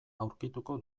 aurkituko